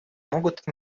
могут